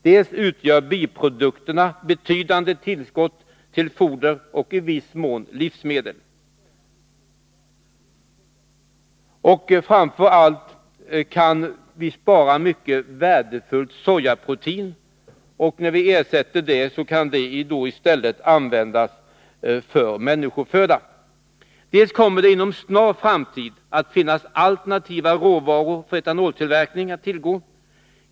Dels utgör biprodukterna betydande tillskott till foder och i viss mån livsmedel, och framför allt kan vi spara mycket värdefull sojaprotein, och när det ersätts kan det i stället användas till människoföda. Dels kommer det inom snar framtid att finnas alternativa råvaror för etanoltillverkning att tillgå.